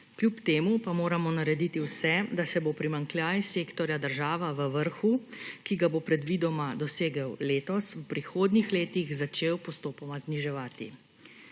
Kljub temu pa moramo narediti vse, da se bo primanjkljaj sektorja država v vrhu, ki ga bo predvidoma dosegel letos, v prihodnjih letih začel postopoma zniževati.